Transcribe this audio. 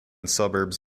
suburbs